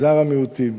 מגזר המיעוטים